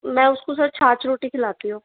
मैं उसको सर छाछ रोटी खिलाती हूँ